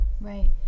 Right